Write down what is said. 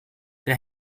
der